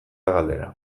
galdera